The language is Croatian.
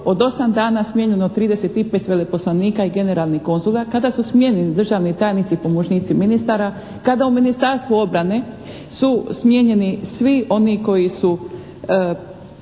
osam dana smijenjeno trideset i pet veleposlanika i generalnih konzula, kada su smijenjeni državni tajnici i pomoćnici ministara, kada u Ministarstvu obrane su smijenjeni svi oni koji su